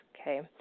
okay